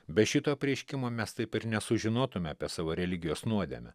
be šito apreiškimo mes taip ir nesužinotume apie savo religijos nuodėmę